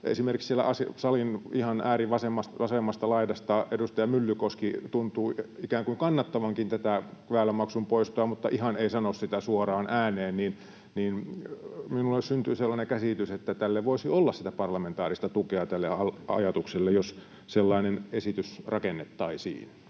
esimerkiksi siellä salin ihan äärivasemmasta laidasta edustaja Myllykoski tuntuu ikään kuin kannattavankin tätä väylämaksun poistoa mutta ihan ei sano sitä suoraan ääneen, niin minulle syntyy sellainen käsitys, että tälle ajatukselle voisi olla sitä parlamentaarista tukea, jos sellainen esitys rakennettaisiin.